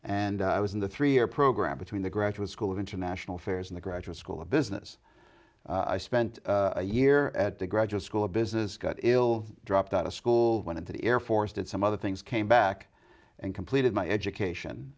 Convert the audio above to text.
and i was in the three year program between the graduate school of international affairs in the graduate school of business i spent a year at the graduate school of business got ill dropped out of school went into the air force did some other things came back and completed my education